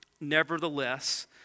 Nevertheless